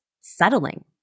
settling